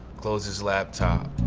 closes laptop.